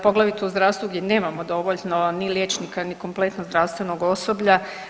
Poglavito u zdravstvu gdje nemamo dovoljno ni liječnika, ni kompletno zdravstvenog osoblja.